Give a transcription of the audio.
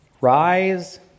rise